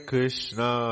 Krishna